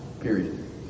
period